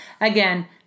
Again